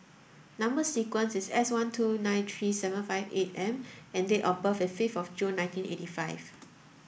number sequence is S one two nine three seven five eight M and date of birth is fifth June nineteen eighty five